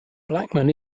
blackman